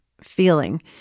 feeling